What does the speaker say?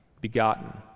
Begotten